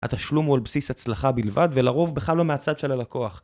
התשלום הוא על בסיס הצלחה בלבד ולרוב בכלל לא מהצד של הלקוח